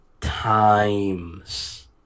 times